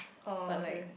oh okay